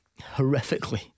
horrifically